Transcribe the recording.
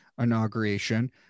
inauguration